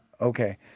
okay